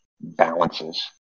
balances